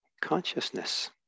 consciousness